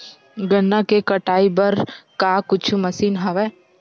गन्ना के कटाई बर का कुछु मशीन हवय?